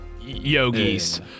yogis